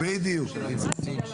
בדיוק, בדיוק.